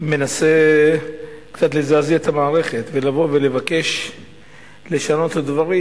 ומנסה קצת לזעזע את המערכת ולבוא ולבקש לשנות את הדברים,